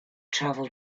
travel